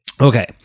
Okay